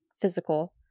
physical